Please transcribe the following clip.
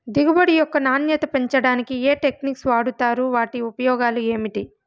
దిగుబడి యొక్క నాణ్యత పెంచడానికి ఏ టెక్నిక్స్ వాడుతారు వాటి ఉపయోగాలు ఏమిటి?